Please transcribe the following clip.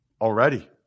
already